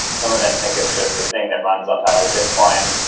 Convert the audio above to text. some of them think it's just a thing that runs on top of bitcoin.